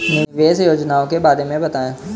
निवेश योजनाओं के बारे में बताएँ?